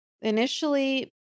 initially